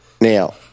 Now